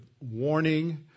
warning